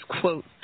quote